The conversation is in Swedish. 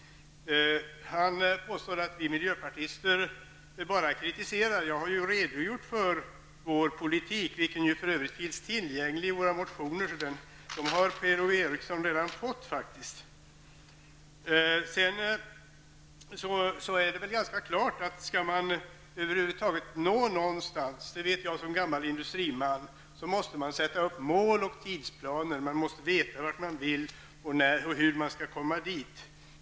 Han påstår att vi miljöpartister bara kritiserar. Jag har redogjort för vår politik, vilken för övrigt finns tillgänglig i våra motioner, och dem har Per-Ola Eriksson redan fått. Om man över huvud taget skall nå någonstans, det vet jag som gammal industriman, måste man sätta upp mål och tidsplaner. Man måste veta vad man vill och när och hur man skall komma dit.